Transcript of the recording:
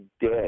dead